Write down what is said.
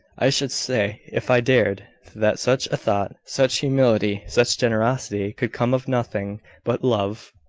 i should say if i dared that such a thought such humility, such generosity could come of nothing but love.